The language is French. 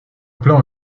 plan